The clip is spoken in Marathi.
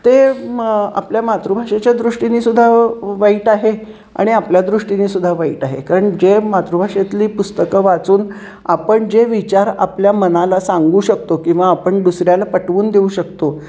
ते मग आपल्या मातृभाषेच्या दृष्टीनीसुद्धा वाईट आहे आणि आपल्या दृष्टीनी सुद्धा वाईट आहे कारण जे मातृभाषेतली पुस्तकं वाचून आपण जे विचार आपल्या मनाला सांगू शकतो किंवा आपण दुसऱ्याला पटवून देऊ शकतो